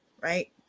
Right